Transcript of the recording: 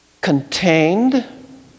contained